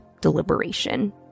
deliberation